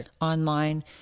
online